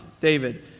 David